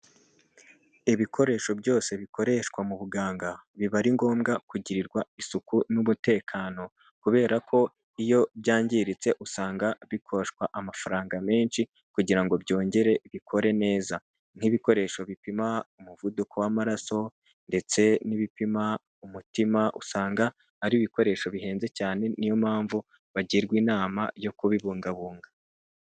Ibikoresho byose bikoreshwa mu buganga biba ari ngombwa kugirirwa isuku n'umutekano kubera ko iyo byangiritse usanga bikoshwa amafaranga menshi kugira ngo byongere bikore neza nk'ibikoresho bipima umuvuduko w'amaraso ndetse n'ibipima umutima usanga ari ibikoresho bihenze cyane niyo mpamvu bagirwa inama yo kubibungabunga.